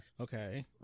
Okay